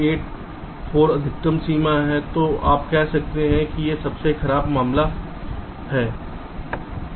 4 अधिकतम सीमा है जो आप कह रहे हैं यह सबसे खराब मामला है ठीक है